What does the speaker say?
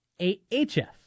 AHF